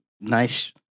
nice